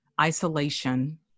isolation